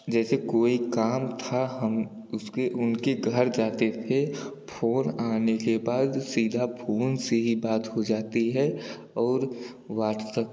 जैसे कोई काम था हम उसके उनके घर जाते थे फ़ोन आने के बाद सीधा फ़ोन से ही बात हो जाती है और व्हाट्सप